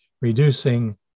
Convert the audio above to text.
reducing